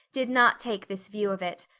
did not take this view of it.